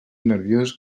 nerviós